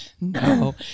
No